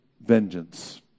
vengeance